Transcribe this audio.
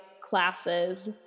classes